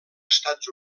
estats